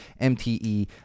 MTE